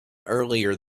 earlier